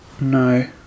No